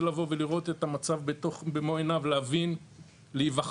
לבוא ולראות את המצב במו עיניו להבין ולהיווכח